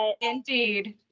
Indeed